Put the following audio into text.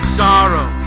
sorrow